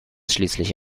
schließlich